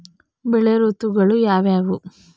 ಬೆಳೆ ಋತುಗಳು ಯಾವ್ಯಾವು?